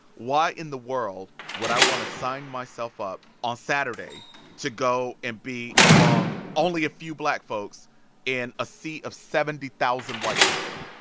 why in the world would i want to sign myself up on saturday to go and be among only a few black folks in a sea of seventy thousand white people?